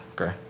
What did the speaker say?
Okay